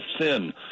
thin